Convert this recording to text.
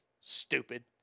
Stupid